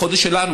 בחודש שלנו,